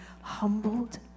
humbled